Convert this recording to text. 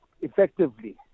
effectively